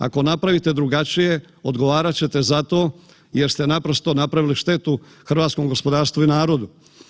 Ako napravite drugačije, odgovarat ćete za to jer ste naprosto napravili štetu hrvatskom gospodarstvu i narodu.